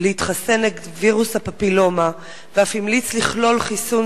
להתחסן נגד וירוס הפפילומה ואף המליץ לכלול חיסון